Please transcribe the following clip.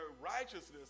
righteousness